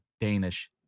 Danish